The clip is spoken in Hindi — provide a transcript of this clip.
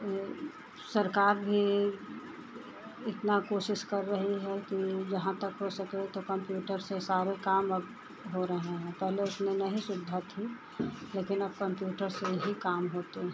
यह सरकार भी इतनी कोशिश कर रही है कि जहाँ तक हो सके तो कंप्यूटर से सारे काम अब हो रहे हैं पहले इतने नहीं सुविधा थी लेकिन अब कंप्यूटर से ही काम होते हैं